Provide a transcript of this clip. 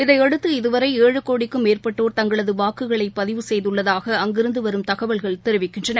இதையடுத்து இதுவரை ஏழு கோடிக்கும் மேற்பட்டோர் தங்களது வாக்குகளை பதிவு செய்துள்ளதாக அங்கிருந்து வரும் தகவல்கள் தெரிவிக்கின்றன